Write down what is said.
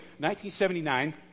1979